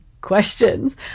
questions